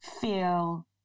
feel